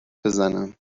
بزنم